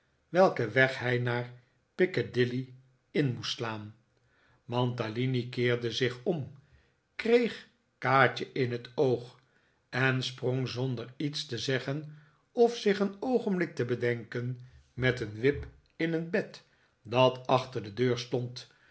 welken weg hij naar picadilly in moest slaan mantalini keerde zich om kreeg kaatje in het oog en sprong zonder iets te zeggen of zich een oogenblik te bedenken met een wip in een bed dat achter de deur stond